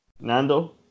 Nando